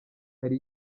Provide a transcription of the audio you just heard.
hari